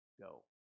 go